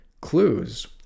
clues